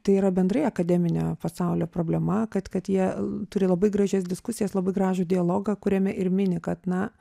tai yra bendrai akademinio pasaulio problema kad kad jie turi labai gražias diskusijas labai gražų dialogą kuriame ir mini kad na